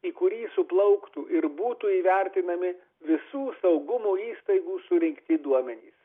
į kurį suplauktų ir būtų įvertinami visų saugumo įstaigų surinkti duomenys